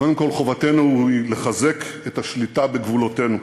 קודם כול, חובתנו היא לחזק את השליטה בגבולותינו.